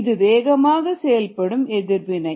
இது வேகமான செயல்படும் எதிர்வினை